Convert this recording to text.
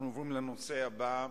אנחנו עוברים לנושא הבא בסדר-היום,